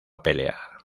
pelear